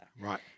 Right